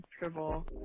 comfortable